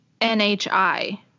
NHI